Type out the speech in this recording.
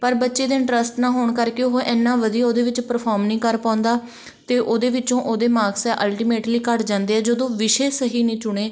ਪਰ ਬੱਚੇ ਦੇ ਇੰਟਰਸਟ ਨਾ ਹੋਣ ਕਰਕੇ ਉਹ ਇੰਨਾ ਵਧੀਆ ਉਹਦੇ ਵਿੱਚ ਪਰਫੋਰਮ ਨਹੀਂ ਕਰ ਪਾਉਂਦਾ ਅਤੇ ਉਹਦੇ ਵਿੱਚੋਂ ਉਹਦੇ ਮਾਕਸ ਅਲਟੀਮੇਟਲੀ ਘੱਟ ਜਾਂਦੇ ਆ ਜਦੋਂ ਵਿਸ਼ੇ ਸਹੀ ਨਹੀਂ ਚੁਣੇ